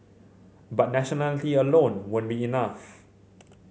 but nationality alone won't be enough